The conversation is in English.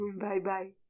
Bye-bye